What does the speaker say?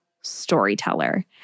storyteller